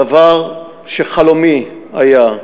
דבר שחלומי היה,